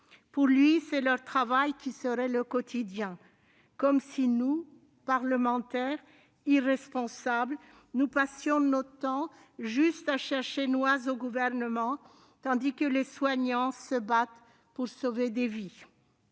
Pour lui, c'est le travail qui serait leur quotidien : comme si nous, parlementaires irresponsables, passions notre temps à chercher des noises au Gouvernement, tandis que les soignants se battent pour sauver des vies